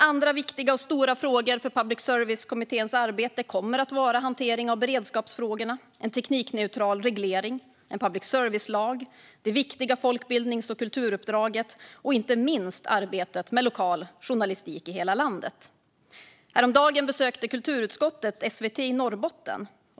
Andra viktiga och stora frågor för public service-kommitténs arbete kommer att vara hantering av beredskapsfrågorna, en teknikneutral reglering, en public service-lag, det viktiga folkbildnings och kulturuppdraget samt, inte minst, arbetet med lokal journalistik i hela landet. Häromdagen besökte kulturutskottet SVT i Norrbotten.